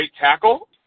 tackle